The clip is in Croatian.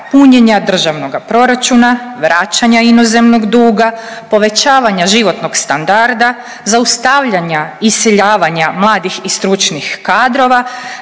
punjenja državnoga proračuna, vraćanja inozemnog duga povećavanja životnog standarda, zaustavljanja iseljavanja mladih i stručnih kadrova,